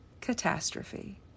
Catastrophe